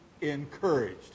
encouraged